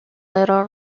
little